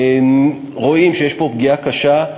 אנחנו רואים שיש פה פגיעה קשה.